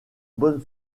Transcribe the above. bonne